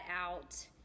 out